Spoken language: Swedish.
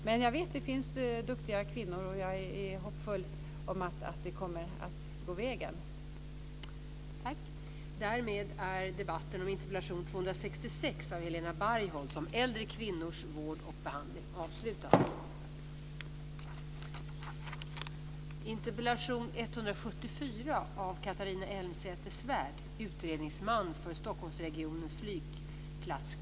Men jag vet att det finns duktiga kvinnor och jag är hoppfull om att det kommer att gå vägen.